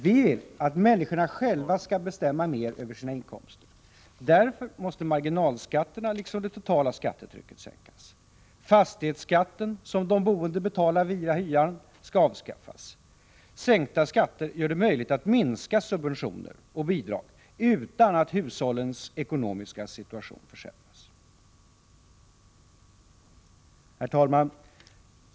Vi vill att människorna själva skall bestämma mer över sina inkomster. Därför måste marginalskatterna, liksom det totala skattetrycket, sänkas. Fastighetsskatten, som de boende betalar via hyran, skall avskaffas. Sänkta skatter gör det möjligt att minska subventioner och bidrag utan att hushållens ekonomiska situation försämras. Herr talman!